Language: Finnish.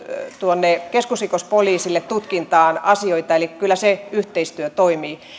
tuonne keskusrikospoliisille tutkintaan asioita eli kyllä se yhteistyö toimii